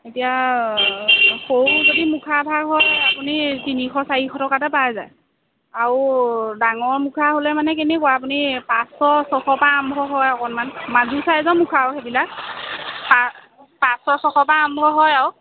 এতিয়া সৰু যদি মুখা এভাগ হয় আপুনি তিনিশ চাৰিশ টকাতে পাই যায় আৰু ডাঙৰ মুখা হ'লে মানে কেনেকুৱা আপুনি পাঁচশ ছশৰ পা আৰম্ভ হয় অকণমান মাজু ছাইজৰ মুখা সেইবিলাক পাঁচশ ছশৰ পা আৰম্ভ হয় আৰু